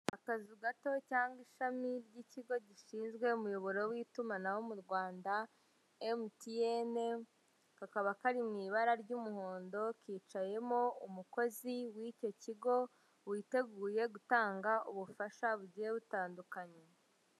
Akazu gato cyangwa ishami ry'ikigo gishinzwe umuyoboro w'itumanaho mu Rwanda emutiyne, kakaba kari mu ibara ry'umuhondo, kicayemo umukozi w'icyo kigo, witeguye gutanga ubufasha bugiye butandukanye.